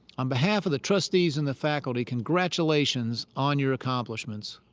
on behalf of the trustees and the faculty, congratulations on your accomplishments.